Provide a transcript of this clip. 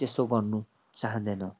त्यसो गर्नु चहाँदैन